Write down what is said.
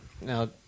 Now